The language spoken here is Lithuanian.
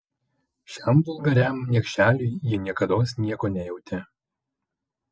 šiam vulgariam niekšeliui ji niekados nieko nejautė